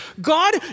God